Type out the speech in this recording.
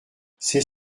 c’est